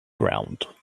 ground